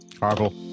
Marvel